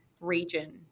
region